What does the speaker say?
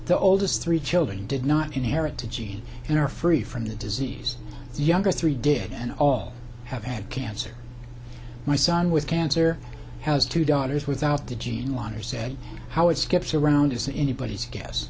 the oldest three children did not inherit to gene and are free from the disease younger three did and all have had cancer my son with cancer has two daughters without the gene line or said how it skips around is anybody's guess